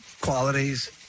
qualities